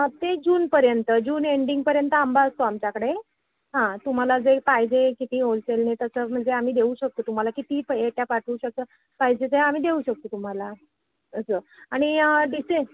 ते जूनपर्यंत जून एंडिंगपर्यंत आंबा असतो आमच्याकडे हां तुम्हाला जे पाहिजे किती होलसेलने तसं म्हणजे आम्ही देऊ शकतो तुम्हाला कितीही पेट्या पाठवू शकतं पाहिजे ते आम्ही देऊ शकतो तुम्हाला असं आणि डिसे